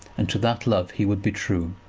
and to that love he would be true.